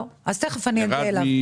תכף אני אגיע אליו.